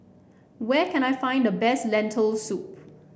where can I find the best Lentil Soup